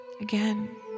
Again